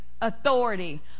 authority